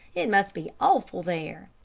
it must be awful there.